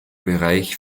bereich